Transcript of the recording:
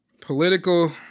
Political